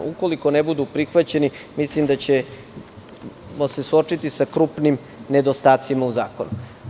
Ukoliko ne budu prihvaćeni, mislim da ćemo se suočiti sa krupnim nedostacima u zakonu.